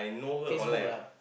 Facebook lah